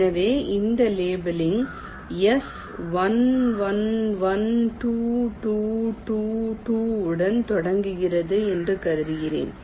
எனவே இந்த labelling S 1 1 1 2 2 2 2 உடன் தொடங்குகிறது என்று கருதுகிறேன்